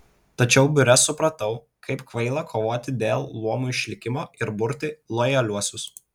tačiau biure supratau kaip kvaila kovoti dėl luomų išlikimo ir burti lojaliuosius